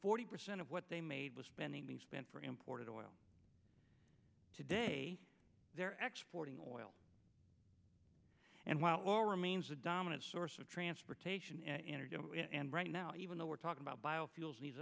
forty percent of what they made was spending being spent for imported oil today they're exploiting oil and while all remains the dominant source of transportation energy and right now even though we're talking about biofuels these